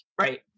Right